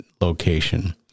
location